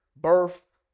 birth